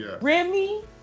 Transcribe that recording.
Remy